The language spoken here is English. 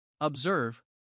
Observe